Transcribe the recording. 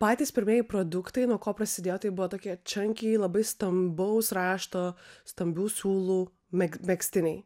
patys pirmieji produktai nuo ko prasidėjo tai buvo tokie čanki labai stambaus rašto stambių siūlų meg megztiniai